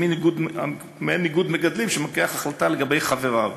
זה מעין איגוד מגדלים שלוקח החלטה לגבי חבריו.